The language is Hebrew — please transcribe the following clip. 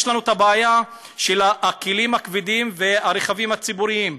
יש לנו את הבעיה של הכלים הכבדים והרכבים הציבוריים,